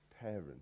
parent